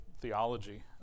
theology